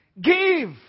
Give